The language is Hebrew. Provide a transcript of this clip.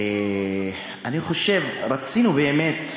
רצינו באמת,